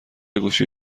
گوشی